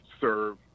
serve